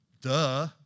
Duh